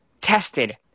tested